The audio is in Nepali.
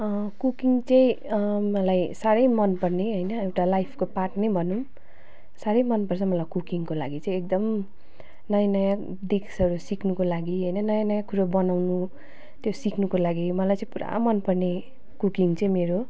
कुकिङ चाहिँ मलाई साह्रै मनपर्ने होइन एउटा लाइफको पार्ट नै भनौँ साह्रै मनपर्छ मलाई कुकिङको लागि चाहिँ एकदम नयाँ नयाँ डिसहरू सिक्नुको लागि होइन नयाँ नयाँ कुरो बनाउनु त्यो सिक्नुको लागि मलाई चाहिँ पुरा मनपर्ने कुकिङ चाहिँ मेरो